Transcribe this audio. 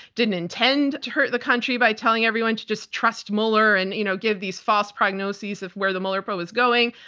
didn't intend to hurt the country by telling everyone to just trust mueller and you know give these false prognoses of where the mueller probe was going.